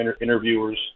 interviewers